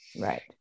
right